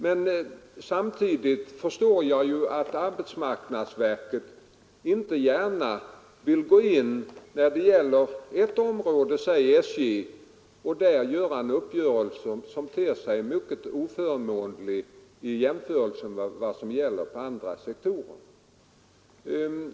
Men samtidigt förstår jag ju att arbetsmarknadsverket inte gärna vill gå in när det gäller ett område — låt mig säga SJ — och där träffa en uppgörelse som ter sig mycket oförmånlig i jämförelse med vad som gäller på andra sektorer.